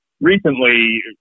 recently